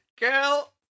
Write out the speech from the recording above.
Girl